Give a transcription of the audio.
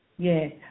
Yes